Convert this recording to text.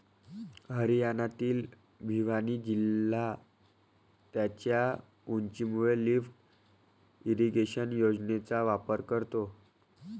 हरियाणातील भिवानी जिल्हा त्याच्या उंचीमुळे लिफ्ट इरिगेशन योजनेचा वापर करतो